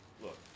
Look